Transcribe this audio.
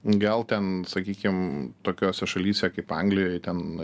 gal ten sakykim tokiose šalyse kaip anglijoj ten